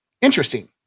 Interesting